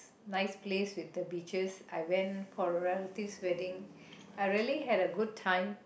nice place with the beaches I went for a relative's wedding I really had a good time